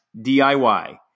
DIY